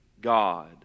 God